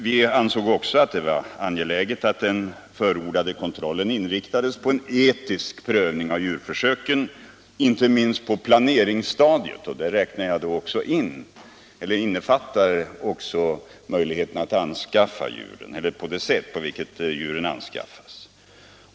Vi ansåg också att det var angeläget att den förordade kontrollen inriktades på en etisk prövning av djurförsöken, inte minst på planeringsstadiet, däri innefattar jag även det sätt på vilket djuren anskaffas.